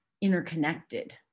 interconnected